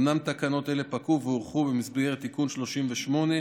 אומנם תקנות אלה פקעו והוארכו במסגרת תיקון 38,